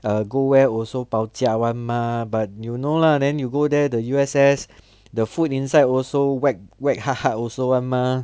err go where also bao jiak [one] mah but you know lah then you go there the U_S_S the food inside also whack whack hard hard also [one] mah